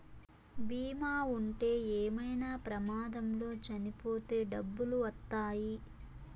బీమా ఉంటే ఏమైనా ప్రమాదంలో చనిపోతే డబ్బులు వత్తాయి